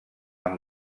amb